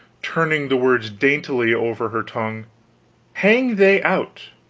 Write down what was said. turning the words daintily over her tongue hang they out